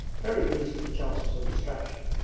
very pleased at the chance of some distraction.